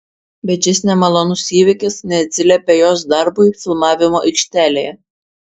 bet šis nemalonus įvykis neatsiliepė jos darbui filmavimo aikštelėje